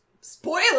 spoiler